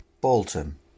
Bolton